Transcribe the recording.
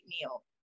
meal